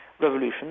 Revolution